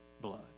blood